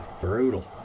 brutal